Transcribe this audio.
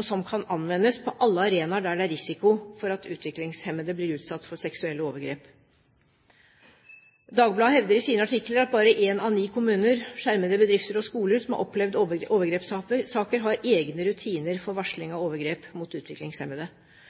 som kan anvendes på alle arenaer der det er risiko for at utviklingshemmede blir utsatt for seksuelle overgrep. Dagbladet hevder i sine artikler at bare én av ni kommuner, skjermede bedrifter og skoler som har opplevd overgrepssaker, har egne rutiner for varsling av overgrep mot utviklingshemmede.